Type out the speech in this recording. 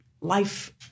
life